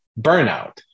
burnout